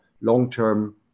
long-term